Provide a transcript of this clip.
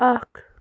اکھ